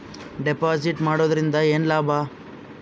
Deposit ಮಾಡುದರಿಂದ ಏನು ಲಾಭ?